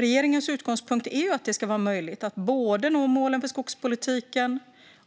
Regeringens utgångspunkt är att det ska vara möjligt att både nå målen för skogspolitiken